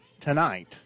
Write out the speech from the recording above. Tonight